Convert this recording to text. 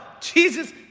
Jesus